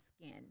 skin